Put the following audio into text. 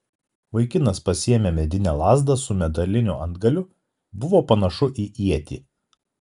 vaikinas pasiėmė medinę lazdą su metaliniu antgaliu buvo panašu į ietį